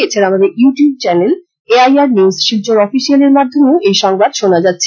এছাড়া আমাদের YouTube channel A I R news Silchar অফিসিয়ালের মাধ্যমেও এই সংবাদ শুনা যাচ্ছে